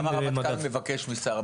גם הרמטכ"ל מבקש משר הביטחון.